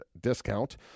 discount